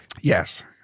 yes